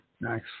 Nice